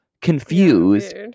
confused